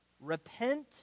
repent